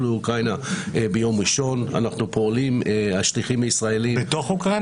לאוקראינה ביום ראשון --- בתוך אוקראינה?